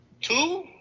Two